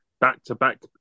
Back-to-back